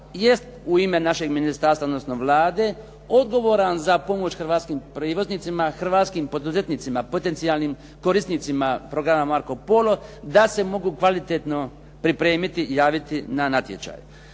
jest u ime našeg ministarstva odnosno Vlade odgovoran za pomoć hrvatskim privatnicima, hrvatskim poduzetnicima, potencijalnim korisnicima programa "Marco Polo" da se mogu kvalitetno pripremiti i javiti na natječaj.